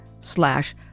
slash